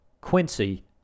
Quincy